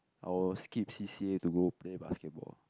I'll skip C_C_A to go play basketball